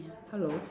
hello